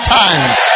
times